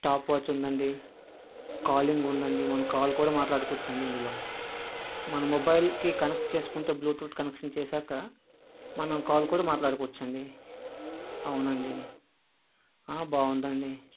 stopwatch ఉందండి calling ఉందండి మనం కాల్ కూడా మాట్లాడుకోవచ్చు అండి ఇందులో మన మొబైల్కి కనెక్ట్ చేసుకుంటే బ్లూటూత్ కనెక్షన్ చేసి మనం కాల్ కూడా మాట్లాడుకోవచ్చు అండి అవునండి బాగుంది అండి